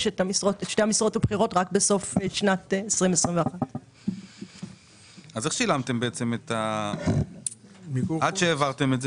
את שתי המשרות הבכירות רק בסוף שנת 2021. איך שילמתם עד שהעברתם את זה?